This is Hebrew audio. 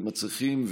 ומצריכים,